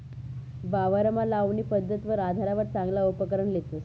वावरमा लावणी पध्दतवर आधारवर चांगला उपकरण लेतस